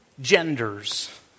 genders